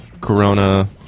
Corona